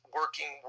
working